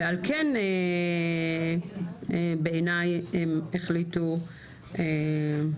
ועל כן לדעתי הם החליטו לעשות הפסקה.